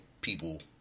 people